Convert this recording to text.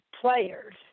players